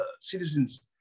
citizens